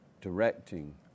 directing